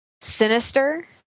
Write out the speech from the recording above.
sinister